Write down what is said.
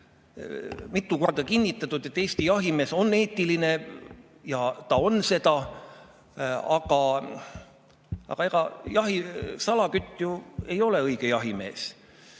mitu korda kinnitanud, et Eesti jahimees on eetiline. Ta on seda, aga ega salakütt ei ole ju õige jahimees.